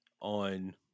on